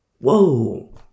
Whoa